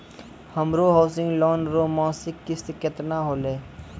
हमरो housing loan रो मासिक किस्त केतना होलै?